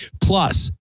Plus